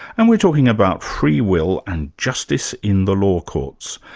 and we're talking about free will and justice in the law courts.